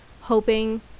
hoping